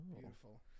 Beautiful